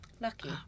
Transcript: Lucky